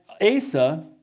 Asa